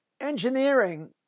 engineering